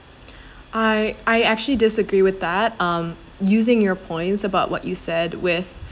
I I actually disagree with that um using your points about what you said with